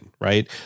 right